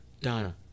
Donna